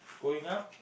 growing up